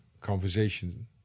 conversation